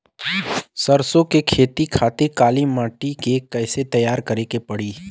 सरसो के खेती के खातिर काली माटी के कैसे तैयार करे के पड़ी?